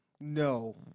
No